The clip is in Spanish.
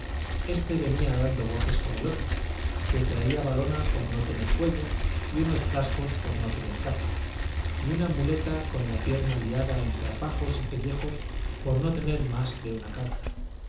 este venía dando voces con el otro que traía valona por no tener cuello y unos frascos por no tener capa y una muleta con una pierna liada en trapajos y pellejos por no tener más de una calza